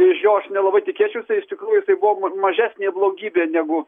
iš jo aš nelabai tikėčiausi iš tikrųjų tai buvo ma mažesnė blogybė negu